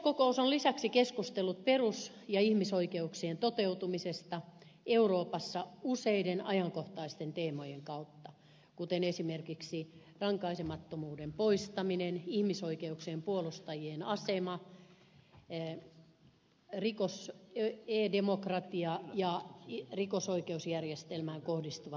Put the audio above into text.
yleiskokous on lisäksi keskustellut perus ja ihmisoikeuksien toteutumisesta euroopassa useiden ajankohtaisten teemojen kautta kuten rankaisemattomuuden poistaminen ihmisoikeuksien puolustajien asema e demokratia ja rikosoikeusjärjestelmään kohdistuva häirintä